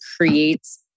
creates